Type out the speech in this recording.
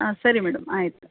ಹಾಂ ಸರಿ ಮೇಡಮ್ ಆಯಿತು